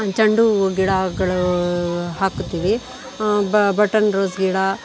ಚೆಂಡು ಹೂ ಗಿಡಗಳು ಹಾಕುತ್ತೇವೆ ಬ ಬಟನ್ ರೋಸ್ ಗಿಡ